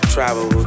Travel